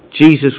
Jesus